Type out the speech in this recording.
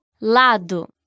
Lado